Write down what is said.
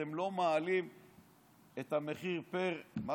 אתם לא מעלים את המחיר פר צופה,